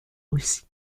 russie